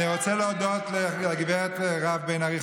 אני רוצה להודות לגברת מירב בן ארי,